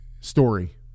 story